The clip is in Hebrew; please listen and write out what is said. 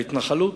ההתנחלות.